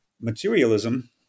materialism